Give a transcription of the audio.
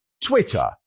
Twitter